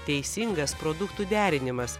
teisingas produktų derinimas